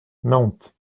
nantes